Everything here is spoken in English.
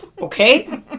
Okay